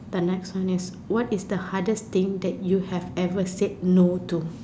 the next one is what is the hardest thing you have said no to